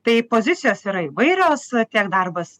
tai pozicijos yra įvairios tiek darbas